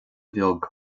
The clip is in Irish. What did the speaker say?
bheag